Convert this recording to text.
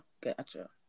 gotcha